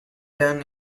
done